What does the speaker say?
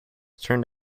turned